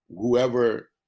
whoever